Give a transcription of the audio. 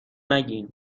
نگین